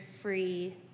free